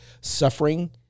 suffering